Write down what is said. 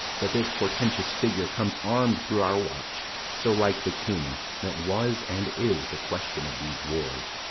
that this portentous figure comes armed through our watch so like the king that was and is the question of these wars.